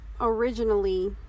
originally